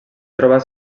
trobar